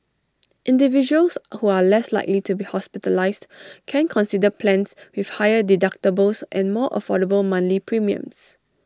individuals who are less likely to be hospitalised can consider plans with higher deductibles and more affordable monthly premiums